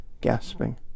gasping